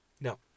no